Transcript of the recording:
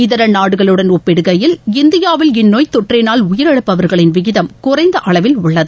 இதர நாடுகளுடன் ஒப்பிடுகையில் இந்தியாவில் இந்நோய் தொற்றினால் உயிரிழப்பவர்களின் விகிதம் குறைந்த அளவில் உள்ளது